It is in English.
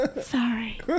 Sorry